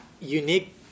unique